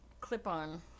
clip-on